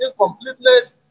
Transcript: incompleteness